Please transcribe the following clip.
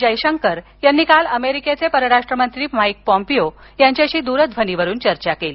जयशंकर यांनी काल अमेरिकेचे परराष्ट्र मंत्री माईक पोम्पेओ यांच्याशी काल द्रध्वनीवरून चर्चा केली